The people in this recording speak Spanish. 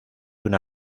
una